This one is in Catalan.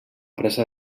presa